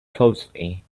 closely